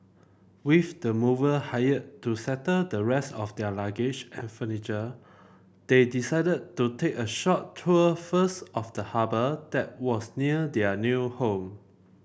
with the mover hired to settle the rest of their luggage and furniture they decided to take a short tour first of the harbour that was near their new home